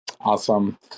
Awesome